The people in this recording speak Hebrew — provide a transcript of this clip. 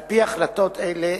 על-פי החלטות אלה,